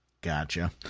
Gotcha